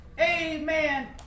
Amen